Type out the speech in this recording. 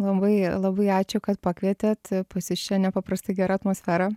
labai labai ačiū kad pakvietėt pas jus čia nepaprastai gera atmosfera